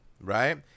right